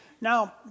Now